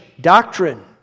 doctrine